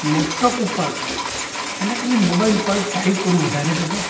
laptop ઉપર અને ખાલી મોબાઈલ ઉપર ટાઈપ કરવું વધારે ગમે